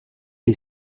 est